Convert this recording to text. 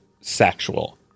sexual